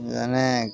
যেনে